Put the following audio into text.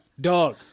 Dog